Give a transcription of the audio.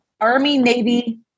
Army-Navy